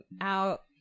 out